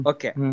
Okay